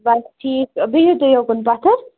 بَس ٹھیٖک بِہِو تُہۍ یوکُن پَتھَر